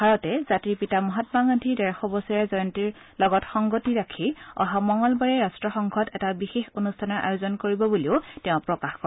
ভাৰতে জাতিৰ পিতা মহামা গান্ধীৰ ডেৰশ বছৰীয়া জয়ন্তীৰ লগত সংগতি ৰাখি অহা মঙলবাৰে ৰাট্টসংঘত এটা বিশেষ অনুষ্ঠানৰ আয়োজন কৰিব বুলিও তেওঁ প্ৰকাশ কৰে